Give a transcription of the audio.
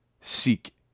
Seek